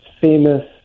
famous